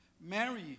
Mary